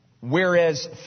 Whereas